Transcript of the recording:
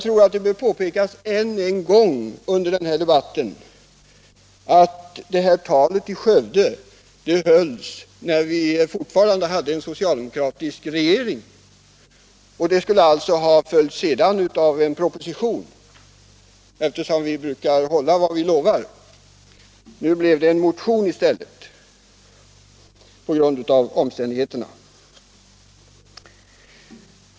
Det bör kanske än en gång i denna debatt påpekas att Olof Palme höll sitt tal i Skövde när vi fortfarande hade en socialdemokratisk regering. Det skulle alltså ha följts av en proposition, eftersom vi brukar hålla vad vi lovar. Nu blev det på grund av omständigheterna i stället en motion.